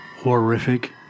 Horrific